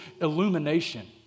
illumination